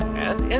and and